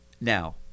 now